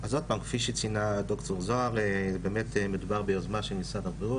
אז עוד פעם כפי שציינה ד"ר זהר זה באמת מדובר ביוזמה של משרד הבריאות.